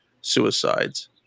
suicides